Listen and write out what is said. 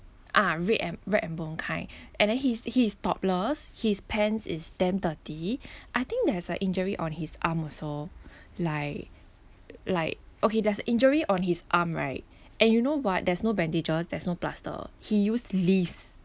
ah red and rag and bone kind and then he's he's topless his pants is damn dirty I think there's a injury on his arm also like like okay there's a injury on his arm right and you know what there's no bandages there's no plaster he used leaves